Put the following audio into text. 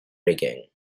rigging